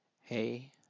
Hey